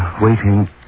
waiting